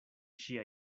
ŝia